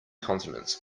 continents